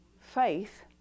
faith